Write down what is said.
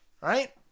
right